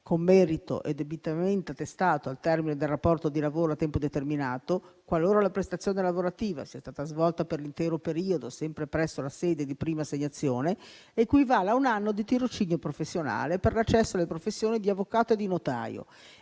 con merito e debitamente testato al termine del rapporto di lavoro a tempo determinato, qualora la prestazione lavorativa sia stata svolta per l'intero periodo sempre presso la sede di prima assegnazione, equivalga a un anno di tirocinio professionale per l'accesso alle professioni di avvocato e di notaio,